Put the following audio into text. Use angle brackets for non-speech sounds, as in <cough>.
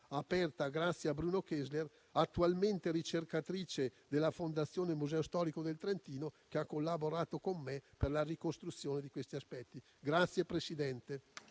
aperta grazie a Bruno Kessler, attualmente ricercatrice della Fondazione Museo storico del Trentino che ha collaborato con me per la ricostruzione di questi aspetti. <applause>